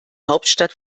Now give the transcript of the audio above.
hauptstadt